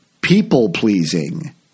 people-pleasing